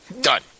Done